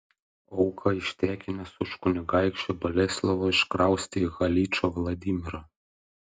auką ištekinęs už kunigaikščio boleslovo iškraustė į haličo vladimirą